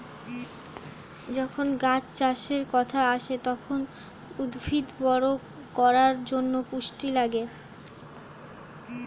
যখন গাছ চাষের কথা আসে, তখন উদ্ভিদ বড় করার জন্যে পুষ্টি লাগে